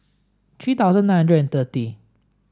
three thousand nine hundred thirty